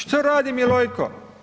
Što radi Milojko?